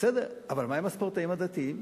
בסדר, אבל מה עם הספורטאים הדתיים?